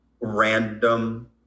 random